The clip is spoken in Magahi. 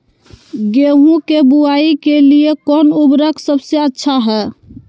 गेहूं के बुआई के लिए कौन उपकरण सबसे अच्छा है?